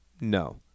no